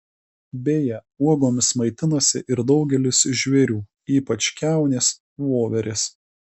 beje uogomis maitinasi ir daugelis žvėrių ypač kiaunės voverės